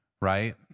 right